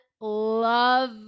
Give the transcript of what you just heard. love